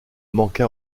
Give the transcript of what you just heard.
manqua